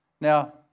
Now